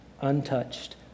untouched